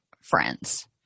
friends